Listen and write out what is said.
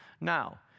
Now